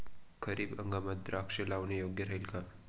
खरीप हंगामात द्राक्षे लावणे योग्य राहिल का?